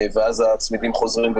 ואז הצמידים חוזרים.